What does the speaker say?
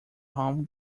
home